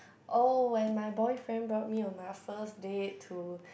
oh when my boyfriend brought me on my first date to